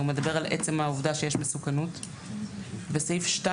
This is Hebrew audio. הוא מדבר על עצם העובדה שיש מסוכנות, וסעיף (2)